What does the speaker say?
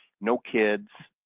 no kids,